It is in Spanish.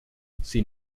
sin